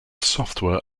software